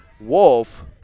Wolf